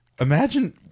Imagine